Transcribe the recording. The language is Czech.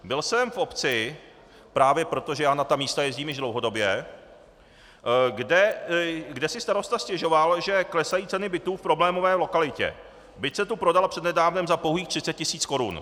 Byl jsem v obci, právě protože já na ta místa jezdím již dlouhodobě, kde si starosta stěžoval, že klesají ceny bytů v problémové lokalitě, byt se tu prodal přednedávnem za pouhých 30 tisíc korun.